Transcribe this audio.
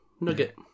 nugget